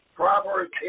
Proverbs